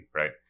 right